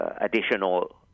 additional